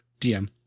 DM